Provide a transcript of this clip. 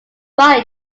dry